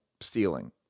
stealing